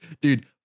dude